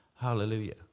Hallelujah